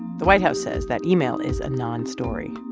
the white house says that email is a non-story